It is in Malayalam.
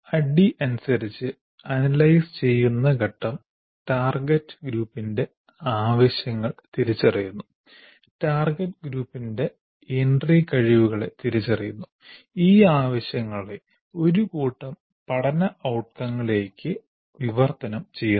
ADDIE അനുസരിച്ച് അനലൈസ് ചെയ്യുന്ന ഘട്ടം ടാർഗെറ്റ് ഗ്രൂപ്പിന്റെ ആവശ്യങ്ങൾ തിരിച്ചറിയുന്നു ടാർഗെറ്റ് ഗ്രൂപ്പിന്റെ എൻട്രി കഴിവുകളെ തിരിച്ചറിയുന്നു ഈ ആവശ്യങ്ങളെ ഒരു കൂട്ടം പഠന ഔട്കങ്ങളിലേക്ക് വിവർത്തനം ചെയ്യുന്നു